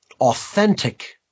authentic